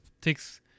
takes